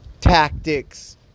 tactics